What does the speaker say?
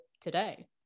today